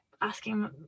asking